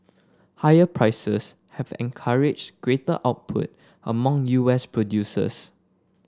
higher prices have encouraged greater output among U S producers